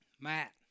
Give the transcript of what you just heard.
Matt